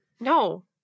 No